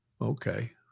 Okay